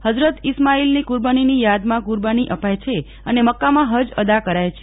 હઝરત ઇસ્માઇલની કુર્બાનીની યાદમાં કુર્બાની અપાય છે અને મક્કામાં હજ અદા કરાય છે